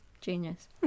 Genius